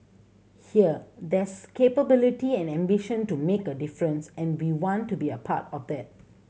here there's capability and ambition to make a difference and we want to be a part of that